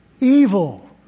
evil